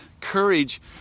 courage